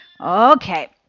Okay